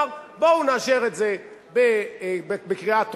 לומר: בואו נאשר את זה בקריאה טרומית,